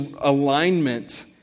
alignment